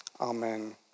Amen